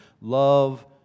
Love